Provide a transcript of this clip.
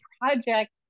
project